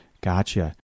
Gotcha